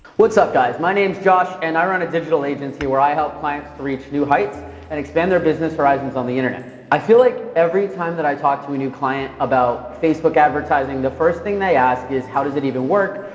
what's up guys. my name's josh, and i run a digital agency where i help clients to reach new heights and expand their business horizons on the internet. i feel like every time that i talk to a new client about facebook advertising, the first thing they ask is how does it even work?